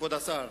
כבוד השר,